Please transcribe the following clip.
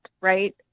right